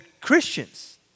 Christians